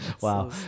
Wow